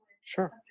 Sure